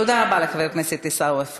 תודה רבה לחבר הכנסת עיסאווי פריג'.